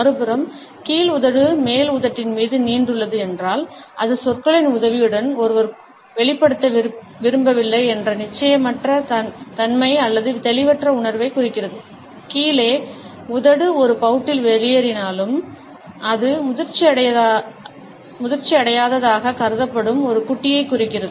மறுபுறம் கீழ் உதடு மேல் உதட்டின் மீது நீண்டுள்ளது என்றால் அது சொற்களின் உதவியுடன் ஒருவர் வெளிப்படுத்த விரும்பவில்லை என்ற நிச்சயமற்ற தன்மை அல்லது தெளிவற்ற உணர்வைக் குறிக்கிறது கீழே உதடு ஒரு பவுட்டில் வெளியேறினால் அது முதிர்ச்சியடையாததாகக் கருதப்படும் ஒரு குட்டியைக் குறிக்கிறது